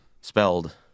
Spelled